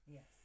Yes